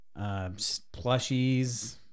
plushies